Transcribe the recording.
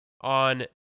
on